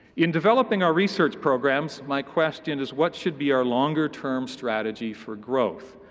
in developing our research programs, my question is what should be our longer-term strategy for growth?